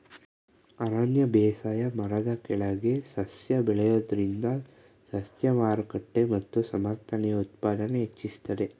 ಅರಣ್ಯ ಬೇಸಾಯ ಮರದ ಕೆಳಗೆ ಸಸ್ಯ ಬೆಳೆಯೋದ್ರಿಂದ ಸಸ್ಯ ಮಾರುಕಟ್ಟೆ ಮತ್ತು ಸಮರ್ಥನೀಯ ಉತ್ಪಾದನೆ ಹೆಚ್ಚಿಸ್ತದೆ